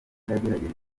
yagerageje